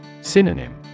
Synonym